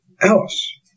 Alice